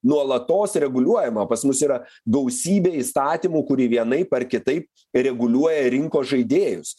nuolatos reguliuojama pas mus yra gausybė įstatymų kurie vienaip ar kitaip reguliuoja rinkos žaidėjus